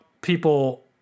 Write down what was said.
people